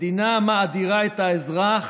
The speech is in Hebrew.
מדינה המאדירה את האזרח,